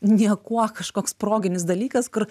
niekuo kažkoks proginis dalykas kur